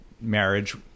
marriage